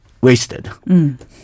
wasted